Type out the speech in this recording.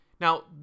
Now